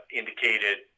indicated